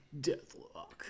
Deathlock